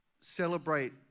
celebrate